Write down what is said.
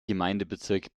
gemeindebezirk